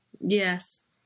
Yes